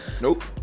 Nope